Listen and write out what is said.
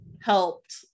helped